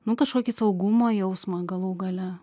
nu kažkokį saugumo jausmą galų gale